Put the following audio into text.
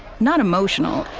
not emotional,